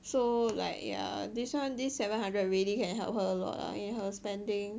so like ya this one this seven hundred really can help her a lot lah with her spending